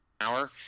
hour